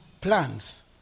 plans